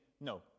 no